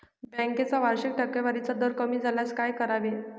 बँकेचा वार्षिक टक्केवारीचा दर कमी झाल्यास काय करावे?